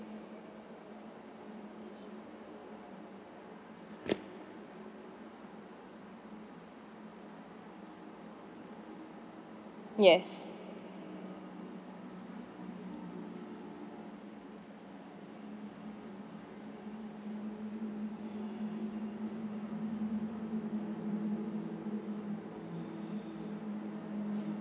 yes